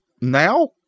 now